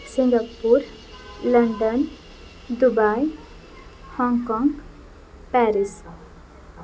Singapore London Dubai Hong Kong Paris